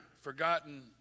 forgotten